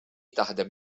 taħdem